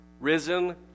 risen